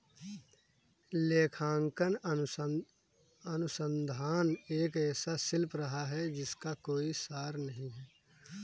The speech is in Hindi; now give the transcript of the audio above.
लेखांकन अनुसंधान एक ऐसा शिल्प रहा है जिसका कोई सार नहीं हैं